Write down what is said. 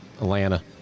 Atlanta